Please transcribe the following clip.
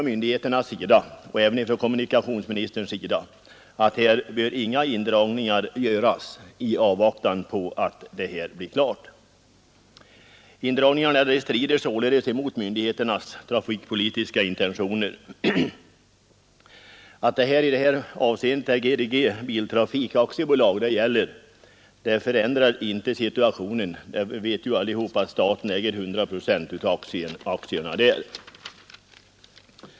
Myndigheterna och även kommunikationsministern — har sagt att här bör försiktighet iakttagas beträffande indragningar i avvaktan på att det arbetet blir klart. Indragningarna strider således mot myndigheternas trafikpolitiska intentioner. Att det i det här fallet är GDG biltrafik AB det gäller förändrar inte situationen; alla vet ju att staten äger 100 procent av aktierna.